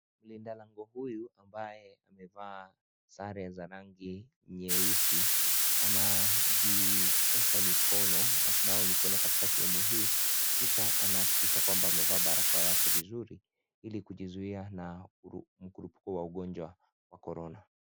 Mlinda lango huyu ambaye amevaa sare za rangi nyeusi anajiosha mikono na kunawa mikono katika sehemu hii ,kisha anaakikisha kuwa amevaa barakoa vizuri hili kujizuhia na mkurubuko wa ugonjwa wa korona.